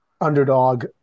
underdog